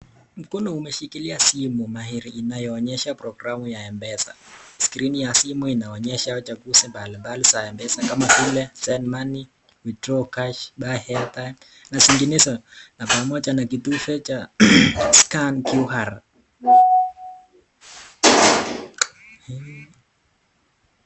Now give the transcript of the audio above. Mkono umeshikilia simu mahiri inapoonyesha programu ya Mpesa, skrini ya simu inaonyesha chaguzi mbalimbali za Mpesa kama vile Send money, Withdraw Cash, Buy Airtime na zinginezo pamoja na kitufe cha Scan QR .